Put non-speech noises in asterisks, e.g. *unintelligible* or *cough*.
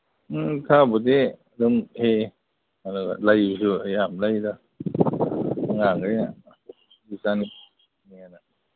ꯎꯝ ꯈꯔꯕꯨꯗꯤ ꯑꯗꯨꯝ *unintelligible* ꯑꯗꯨꯒ ꯂꯩꯁꯨ ꯑꯌꯥꯝꯕ ꯂꯩꯗ ꯑꯉꯥꯡꯒꯩꯅ *unintelligible*